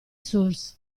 source